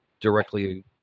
directly